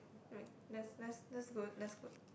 mm that's that's that's good that's good